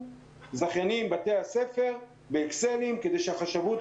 זכיינים ובתי-הספר כדי שהחשבות,